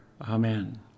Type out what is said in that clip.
Amen